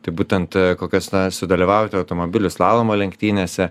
tai būtent kokias nors sudalyvauti automobilių slalomo lenktynėse